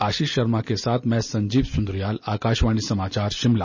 आशीष शर्मा के साथ मैं संजीव सुंदरियाल आकाशवाणी समाचार शिमला